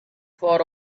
for